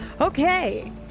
Okay